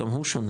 גם הוא שונה,